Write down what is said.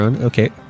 okay